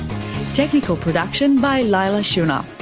technical production by leila shunnar,